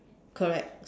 correct